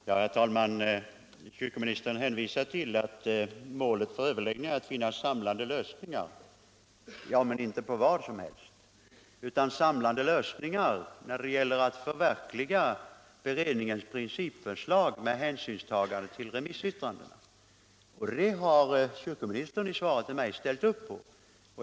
Herr talman! Kyrkoministern hänvisade till att målet för överläggningarna är att finna samlande lösningar. Ja, men inte på vad som helst, utan samlande lösningar när det gäller att förverkliga beredningens principförslag med hänsynstagande till remissyttrandena, och det har kyrkoministern i svaret till mig ställt upp på.